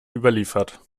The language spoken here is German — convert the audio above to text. überliefert